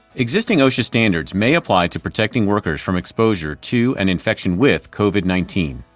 existing osha standards may apply to protecting workers from exposure to an infection with covid nineteen.